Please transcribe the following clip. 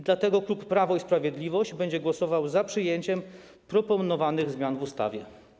Dlatego klub Prawo i Sprawiedliwość będzie głosował za przyjęciem proponowanych zmian w ustawie.